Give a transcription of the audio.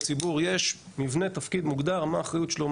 ציבור - יש מבנה תפקיד מוגדר מה האחריות שלו?